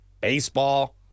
baseball